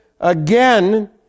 again